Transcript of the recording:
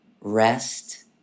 rest